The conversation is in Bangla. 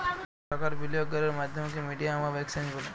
কল টাকার বিলিয়গ ক্যরের মাধ্যমকে মিডিয়াম অফ এক্সচেঞ্জ ব্যলে